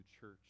church